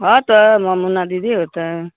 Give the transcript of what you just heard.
हो त म मोना दिदी हो त